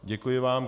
Děkuji vám.